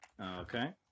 Okay